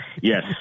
Yes